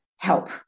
help